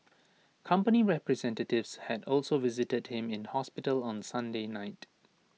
company representatives had also visited him in hospital on Sunday night